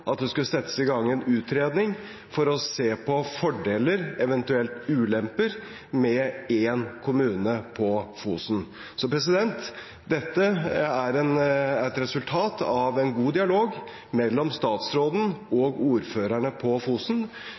at det skulle settes i gang en utredning for å se på fordeler, eventuelt ulemper, med én kommune på Fosen, så dette er et resultat av en god dialog mellom statsråden og ordførerne på Fosen.